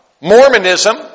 Mormonism